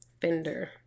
Fender